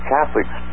Catholics